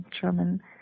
German